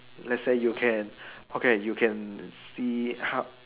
let say you can okay you can see how